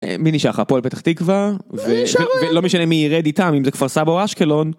מי נשאר לך, הפועל פתח תקווה ולא משנה מי ירד איתם אם זה כפר סבא או אשקלון.